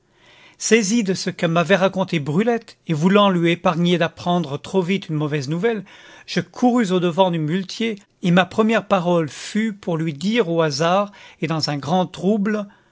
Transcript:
saisi de ce que m'avait raconté brulette et voulant lui épargner d'apprendre trop vite une mauvaise nouvelle je courus au-devant du muletier et ma première parole fut pour lui dire au hasard et dans un grand trouble